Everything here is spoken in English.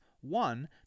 one